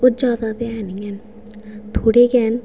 ओह् जादा ते ऐ निं है'न थोह्ड़े गै न